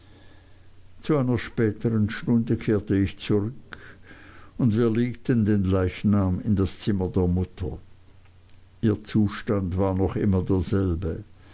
zu einer spätern stunde kehrte ich zurück und wir legten den leichnam in das zimmer der mutter ihr zustand war noch immer derselbe